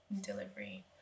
delivery